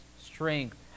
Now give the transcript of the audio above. strength